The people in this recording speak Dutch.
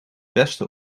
beste